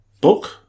book